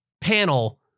panel